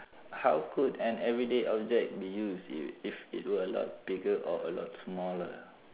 how could an everyday object be used if if it were a lot bigger or a lot smaller